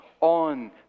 on